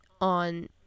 on